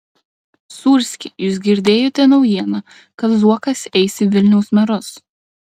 sūrski jūs girdėjote naujieną kad zuokas eis į vilniaus merus